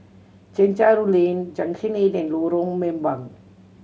Chencharu Lane Junction Eight and Lorong Mambong